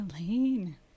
Elaine